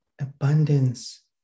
abundance